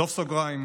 סוף סוגריים.